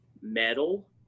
metal